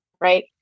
Right